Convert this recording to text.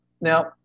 now